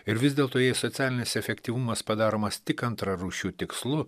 ir vis dėlto jei socialinis efektyvumas padaromas tik antrarūšiu tikslu